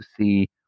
see